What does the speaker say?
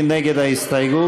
מי נגד ההסתייגות?